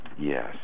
Yes